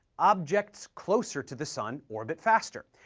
objects closer to the sun orbit faster,